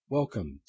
Welcome